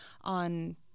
on